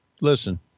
listen